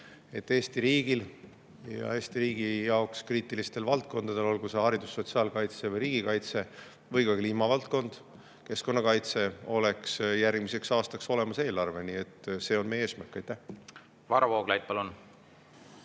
et Eesti riigil ja Eesti riigi jaoks kriitilistel valdkondadel, olgu haridus, sotsiaalkaitse, riigikaitse või ka kliimavaldkond ja keskkonnakaitse, oleks järgmiseks aastaks olemas eelarve. Nii et see on meie eesmärk. Varro Vooglaid, palun!